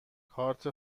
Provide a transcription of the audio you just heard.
کارت